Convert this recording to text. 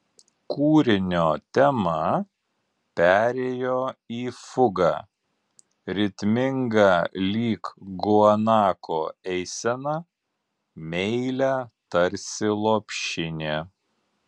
kūrinio tema perėjo į fugą ritmingą lyg guanako eisena meilią tarsi lopšinė